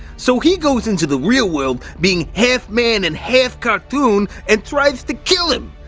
so he goes into the real world being half man and half cartoon and tries to kill him.